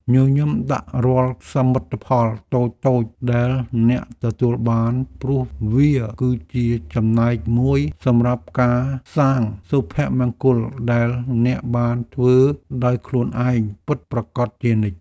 ញញឹមដាក់រាល់សមិទ្ធផលតូចៗដែលអ្នកទទួលបានព្រោះវាគឺជាចំណែកមួយសម្រាប់ការសាងសុភមង្គលដែលអ្នកបានធ្វើដោយខ្លួនឯងពិតប្រាកដជានិច្ច។